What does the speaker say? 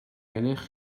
gennych